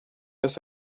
his